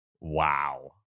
Wow